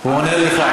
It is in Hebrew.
הוא עונה לך.